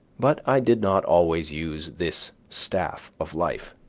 but i did not always use this staff of life.